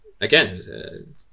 Again